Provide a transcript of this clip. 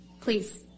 Please